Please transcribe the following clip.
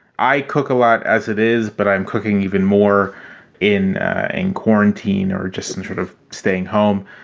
i cook a lot as it is, but i'm cooking even more in in quarantine or just and sort of staying home.